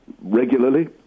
regularly